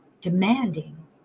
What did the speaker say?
demanding